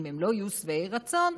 אם הם לא יהיו שבעי רצון: